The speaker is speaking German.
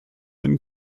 einen